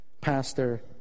pastor